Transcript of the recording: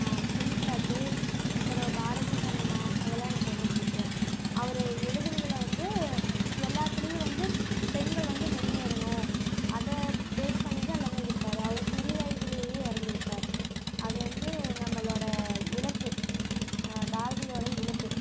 குயில் பாட்டு அப்புறம் பாரதி கண்ணம்மா அதெல்லாம் எனக்கு ரொம்ப பிடிக்கும் அவர் எழுதினதுல வந்து எல்லாத்திலையும் வந்து பெண்கள் வந்து முன்னேறணும் அதை பேஸ் பண்ணி தான் எல்லாமே எழுதியிருப்பாரு அவர் சிறு வயதிலேயே இறந்து விட்டார் அது வந்து நம்மளோடய இழப்பு பாரதியோடய இழப்பு